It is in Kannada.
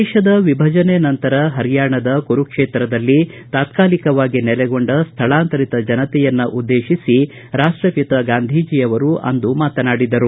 ದೇಶದ ವಿಭಜನೆ ನಂತರ ಪರ್ಯಾಣದ ಕುರುಕ್ಷೇತ್ರದಲ್ಲಿ ತಾತ್ಕಾಲಿಕವಾಗಿ ನೆಲೆಗೊಂಡ ಸ್ಥಳಾಂತರಿತ ಜನತೆಯನ್ನುದ್ದೇಶಿಸಿ ರಾಷ್ಟಪಿತ ಗಾಂಧೀಜಿ ಅಂದು ಮಾತನಾಡಿದರು